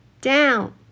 Down